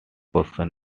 question